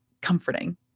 comforting